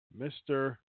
Mr